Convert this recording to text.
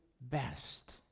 best